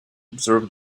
observe